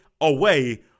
away